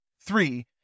three